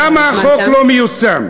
למה החוק לא מיושם?